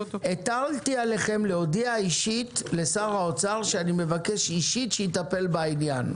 הטלתי עליכם להודיע אישית לשר האוצר שאני מבקש אישית שיטפל בעניין.